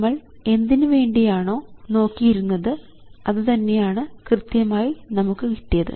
നമ്മൾ എന്തിനു വേണ്ടിയാണോ നോക്കിയിരുന്നത് അതു തന്നെയാണ് കൃത്യമായി നമുക്ക് കിട്ടിയത്